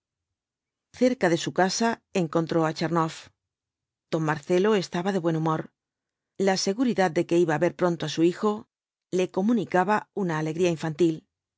cerca de su casa encontró á tchernoff don marcelo estaba de buen humor la seguridad de que iba á ver pronto á su hijo le comunicaba una alegría infantil